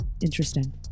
Interesting